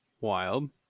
Wild